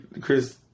Chris